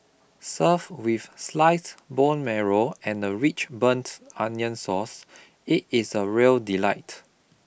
served with sliced bone marrow and a rich burnt onion sauce it is a real delight